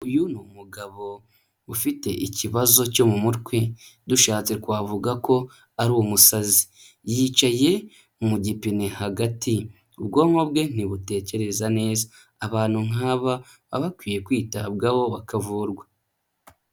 Uyu ni umugabo ufite ikibazo cyo mu mutwe. Dushatse twavuga ko ari umusazi. Yicaye mu gipine hagati, ubwonko bwe ntibutekereza neza. Abantu nk'aba baba bakwiye kwitabwaho bakavurwa.